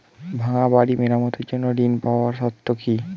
ভাঙ্গা বাড়ি মেরামতের জন্য ঋণ পাওয়ার শর্ত কি?